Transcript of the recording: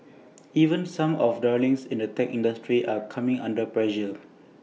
even some of the darlings in the tech industry are coming under pressure